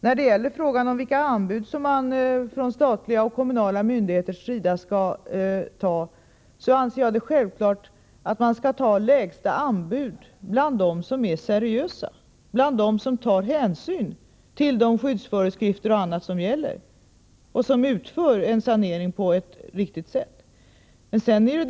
När det gäller frågan om vilka anbud statliga och kommunala myndigheter skall ta, så anser jag det självklart att man skall ta lägsta anbud bland dem som är seriösa, bland dem som tar hänsyn till gällande skyddsföreskrifter o.d. och som utför en sanering på ett riktigt sätt.